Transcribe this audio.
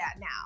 now